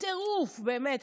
טירוף, באמת.